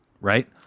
right